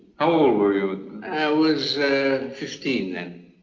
how old were you? i was fifteen then.